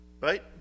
Right